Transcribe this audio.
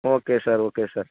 okay sir okay sir